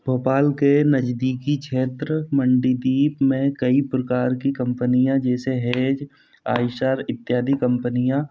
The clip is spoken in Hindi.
भोपाल के नज़दीकी क्षेत्र मंडीदीप में कई प्रकार की कम्पनियाँ जैसे हहै आइसर इत्यादि कम्पनियाँ